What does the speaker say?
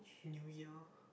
New year